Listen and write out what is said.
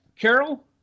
Carol